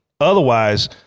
Otherwise